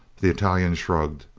the italian shrugged.